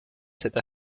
cette